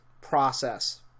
process